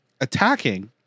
attacking